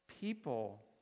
People